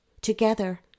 Together